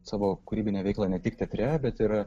savo kūrybinę veiklą ne tik teatre bet ir